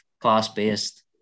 class-based